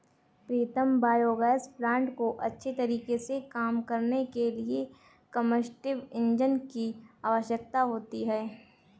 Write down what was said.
प्रीतम biogas plant को अच्छे तरीके से काम करने के लिए कंबस्टिव इंजन की आवश्यकता होती है